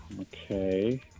Okay